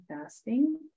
fasting